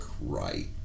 right